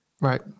right